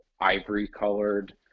ivory-colored